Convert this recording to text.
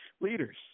leaders